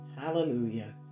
Hallelujah